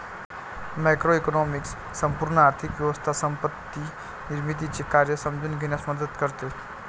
macroeconomics संपूर्ण आर्थिक व्यवस्था संपत्ती निर्मितीचे कार्य समजून घेण्यास मदत करते